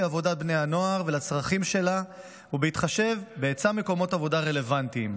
עבודת בני הנוער ולצרכים שלה ובהתחשב בהיצע מקומות עבודה רלוונטיים.